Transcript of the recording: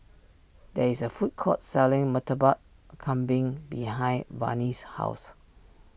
there is a food court selling Murtabak Kambing behind Vannie's house